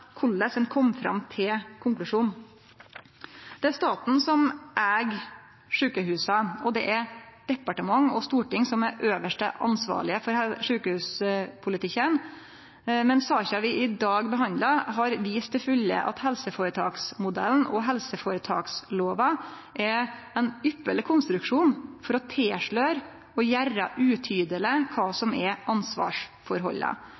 korleis ein kom fram til konklusjonen? Det er staten som eig sjukehusa, og det er departement og storting som er øvste ansvarlege for sjukehuspolitikken. Men saka vi behandlar i dag, har vist til fulle at helseføretaksmodellen og helseføretakslova er ein ypparleg konstruksjon for å tilsløre og å gjere utydeleg kva